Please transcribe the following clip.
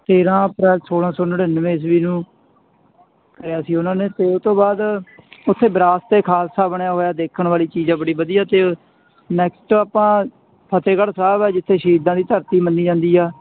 ਤੇਰ੍ਹਾਂ ਅਪ੍ਰੈਲ ਸੌਲ੍ਹਾਂ ਸੌ ਨੜਿਨਵੇਂ ਈਸਵੀ ਨੂੰ ਕਰਿਆ ਸੀ ਉਹਨਾਂ ਨੇ ਅਤੇ ਉਹ ਤੋਂ ਬਾਅਦ ਉੱਥੇ ਵਿਰਾਸਤ ਏ ਖਾਲਸਾ ਬਣਿਆ ਹੋਇਆ ਦੇਖਣ ਵਾਲੀ ਚੀਜ਼ ਆ ਬੜੀ ਵਧੀਆ ਅਤੇ ਨੈਕਸਟ ਆਪਾਂ ਫਤਿਹਗੜ੍ਹ ਸਾਹਿਬ ਆ ਜਿੱਥੇ ਸ਼ਹੀਦਾਂ ਦੀ ਧਰਤੀ ਮੰਨੀ ਜਾਂਦੀ ਆ